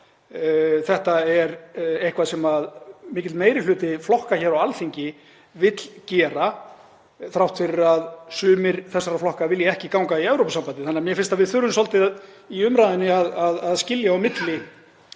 Þetta er eitthvað sem mikill meiri hluti flokka hér á Alþingi vill gera þrátt fyrir að sumir þessara flokka vilji ekki ganga í Evrópusambandið. Þannig að mér finnst að við þurfum í umræðunni svolítið að skilja á milli